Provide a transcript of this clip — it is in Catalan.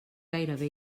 gairebé